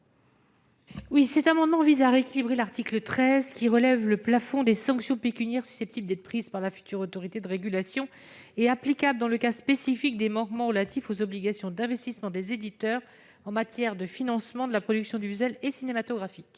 présent amendement vise à rééquilibrer l'article 13, qui relève le plafond des sanctions pécuniaires susceptibles d'être infligées par la future autorité de régulation et applicables dans le cas spécifique des manquements relatifs aux obligations de financement, par les éditeurs, de la production audiovisuelle et cinématographique.